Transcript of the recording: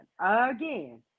again